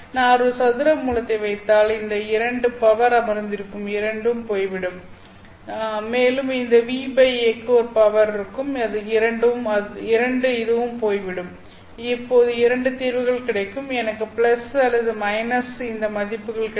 நான் ஒரு சதுர மூலத்தை வைத்தால் இந்த 2 பவர் அமர்ந்திருக்கும் 2 போய்விடும் மேலும் இந்த νa க்கு ஒரு பவர் இருக்கும் 2 இதுவும் போய்விடும் இப்போது இரண்டு தீர்வுகள் கிடைக்கும் எனக்கு அல்லது இந்த மதிப்புகள் கிடைக்கும்